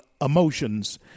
emotions